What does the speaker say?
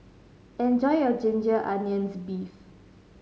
enjoy your ginger onions beef